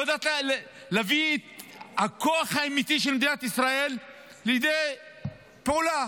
לא יודעת להביא את הכוח האמיתי של מדינת ישראל לידי פעולה.